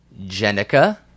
Jenica